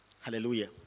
Hallelujah